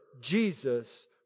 Jesus